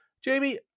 Jamie